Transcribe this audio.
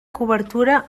cobertura